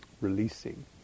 releasing